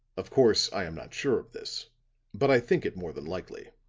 of course, i am not sure of this but i think it more than likely.